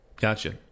gotcha